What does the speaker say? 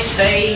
say